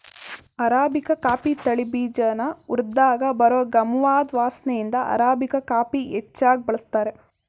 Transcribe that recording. arabica coffee ತಳಿ ಬೀಜನ ಹುರ್ದಾಗ ಬರೋ ಗಮವಾದ್ ವಾಸ್ನೆಇಂದ ಅರಾಬಿಕಾ ಕಾಫಿನ ಹೆಚ್ಚಾಗ್ ಬಳಸ್ತಾರೆ